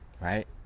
Right